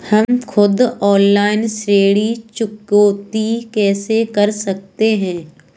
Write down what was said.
हम खुद ऑनलाइन ऋण चुकौती कैसे कर सकते हैं?